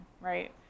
right